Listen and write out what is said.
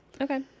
Okay